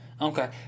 Okay